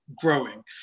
growing